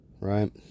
right